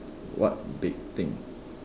what big thing